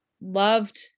loved